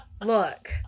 look